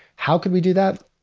how could we do that?